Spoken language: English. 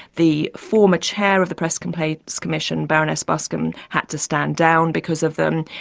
the former chair of the press complaints commission, baroness buscombe had to stand down, because of them.